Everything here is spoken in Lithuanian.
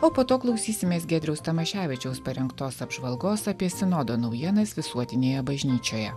o po to klausysimės giedriaus tamaševičiaus parengtos apžvalgos apie sinodo naujienas visuotinėje bažnyčioje